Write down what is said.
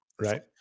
Right